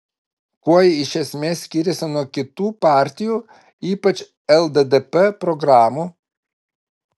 kuo ji iš esmės skiriasi nuo kitų partijų ypač lddp programų